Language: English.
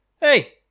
hey